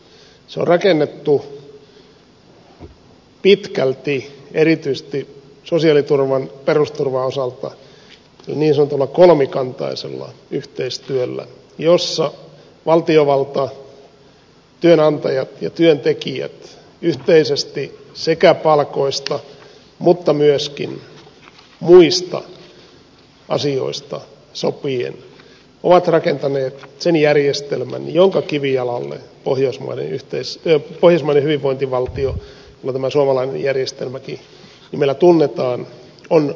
se on rakennettu erityisesti sosiaaliturvan perusturvan osalta pitkälti niin sanotulla kolmikantaisella yhteistyöllä jossa valtiovalta työnantajat ja työntekijät yhteisesti sekä palkoista että myöskin muista asioista sopien ovat rakentaneet sen järjestelmän jonka kivijalalle pohjoismainen hyvinvointivaltio jolla nimellä tämä suomalainen järjestelmäkin tunnetaan on rakentunut